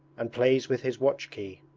and plays with his watch-key.